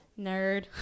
Nerd